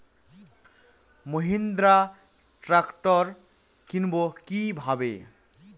Mahindra tractor কিনবো কি ভাবে?